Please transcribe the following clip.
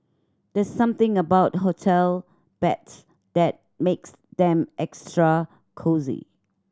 there's something about hotel beds that makes them extra cosy